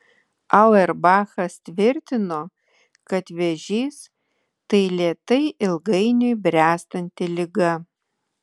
auerbachas tvirtino kad vėžys tai lėtai ilgainiui bręstanti liga